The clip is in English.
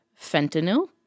fentanyl